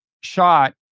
shot